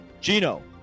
Gino